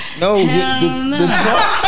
no